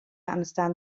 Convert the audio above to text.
understand